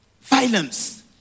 violence